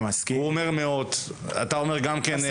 הוא אומר מאות, אתה גם אומר מאות.